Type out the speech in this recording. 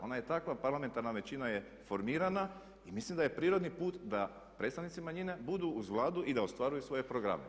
Ona je takva, parlamentarna većina je formirana i mislim da je prirodni put da predstavnici manjina budu uz Vladu i da ostvaruju svoje programe.